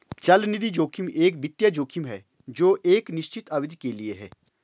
चलनिधि जोखिम एक वित्तीय जोखिम है जो एक निश्चित अवधि के लिए है